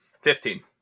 Fifteen